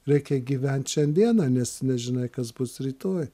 reikia gyvent šiandiena nes nežinai kas bus rytoj